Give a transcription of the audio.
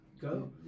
go